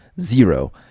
Zero